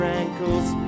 ankles